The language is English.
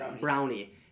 brownie